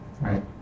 right